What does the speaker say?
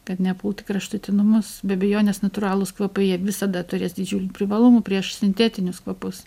kad nepult į kraštutinumus be abejonės natūralūs kvapai jie visada turės didžiulių privalumų prieš sintetinius kvapus